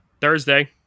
Thursday